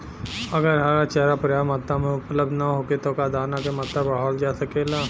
अगर हरा चारा पर्याप्त मात्रा में उपलब्ध ना होखे त का दाना क मात्रा बढ़ावल जा सकेला?